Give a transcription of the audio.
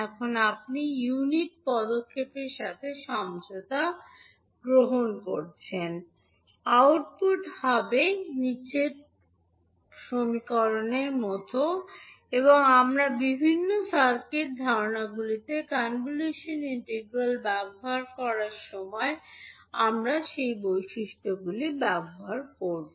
এখন আপনি ইউনিট পদক্ষেপের সাথে সমঝোতা গ্রহণ করছেন আউটপুট হবে ই প্রধান হবে আমরা বিভিন্ন সার্কিট ধারণাগুলিতে কনভলিউশন ইন্টিগ্রাল ব্যবহার করার সময় আমরা যে বৈশিষ্ট্যগুলি ব্যবহার করব